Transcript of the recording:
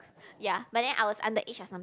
ya but then I was underage or some